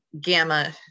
gamma